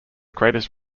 greatest